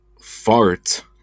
Fart